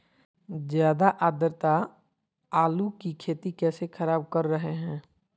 ज्यादा आद्रता आलू की खेती कैसे खराब कर रहे हैं?